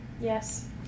yes